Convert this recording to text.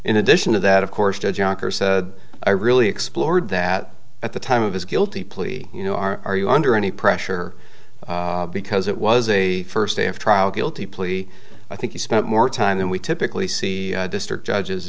in addition to that of course judge ocker said i really explored that at the time of his guilty plea you know are you under any pressure because it was a first day of trial guilty plea i think you spent more time than we typically see district judges